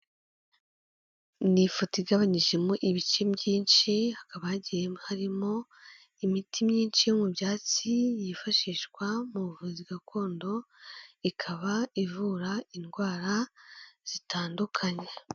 Ni ifoto igabanyijemo ibice byinshi, hakaba hagiye harimo imiti myinshi yo mu byatsi yifashishwa mu buvuzi gakondo, ikaba ivura indwara zitandukanye.